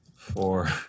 four